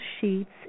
sheets